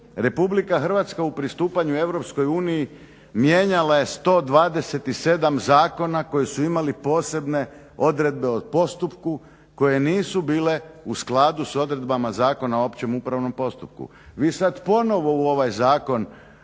stupnju. RH u pristupanju EU mijenjala je 127 zakona koji su imali posebne odredbe o postupku koje nisu bile u skladu sa odredbama Zakona o općem upravnom postupku. Vi sada ponovo u ovaj zakon